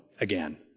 again